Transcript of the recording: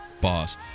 boss